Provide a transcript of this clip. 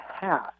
half